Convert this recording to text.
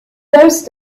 those